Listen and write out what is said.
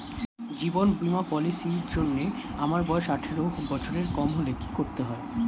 জীবন বীমা পলিসি র জন্যে আমার বয়স আঠারো বছরের কম হলে কি করতে হয়?